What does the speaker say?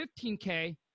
15K